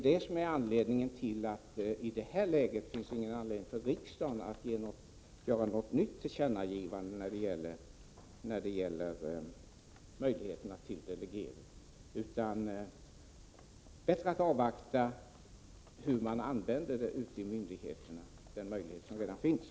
Det finns därför ingen anledning för riksdagen att i detta läge göra något nytt tillkännagivande när det gäller möjligheten till delegering. Det är bättre att avvakta och se hur man använder de möjligheter som redan finns ute på myndigheterna.